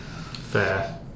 Fair